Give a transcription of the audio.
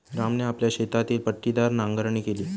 रामने आपल्या शेतातील पट्टीदार नांगरणी केली